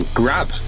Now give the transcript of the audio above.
grab